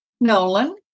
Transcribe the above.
Nolan